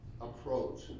approach